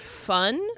fun